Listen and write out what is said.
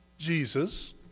Jesus